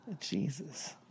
Jesus